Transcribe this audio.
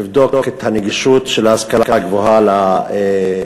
החליטה לבדוק את הנגישות של ההשכלה הגבוהה לערבים,